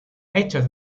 hechas